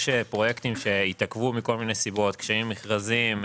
יש פרויקטים שהתעכבו מכל מיני סיבות קשיים מכרזיים,